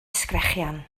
sgrechian